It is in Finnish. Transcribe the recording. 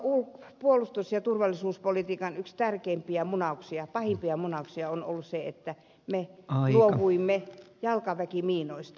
suomen puolustus ja turvallisuuspolitiikan yksi tärkeimpiä munauksia pahimpia munauksia on ollut se että me luovuimme jalkaväkimiinoista